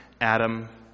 Adam